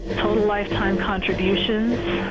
total lifetime contributions?